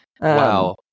Wow